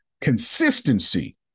Consistency